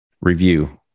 review